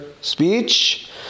speech